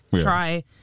try